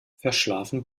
verschlafen